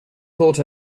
thought